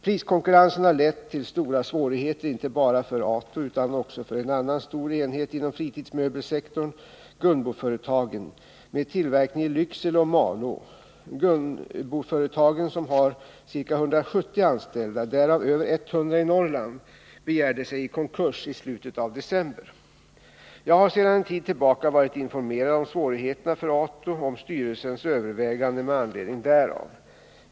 Priskonkurrensen har lett till stora svårigheter inte bara för Ato utan också för en annan stor enhet inom fritidsmöbelsektorn, Gunboföretagen, med tillverkning i Lycksele och Malå. Gunboföretagen, som har ca 170 anställda, därav över 100 i Norrland, begärde sig i konkurs i slutet av december. Jag har sedan en tid tillbaka varit informerad om svårigheterna för Ato och om styrelsens överväganden med anledning därav.